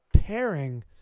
pairing